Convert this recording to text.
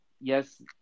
yes